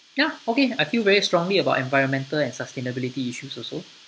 ya okay I feel very strongly about environmental and sustainability issues also